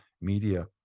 media